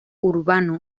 urbano